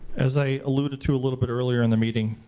as i alluded to a little bit earlier in the meeting,